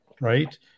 right